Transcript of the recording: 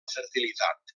fertilitat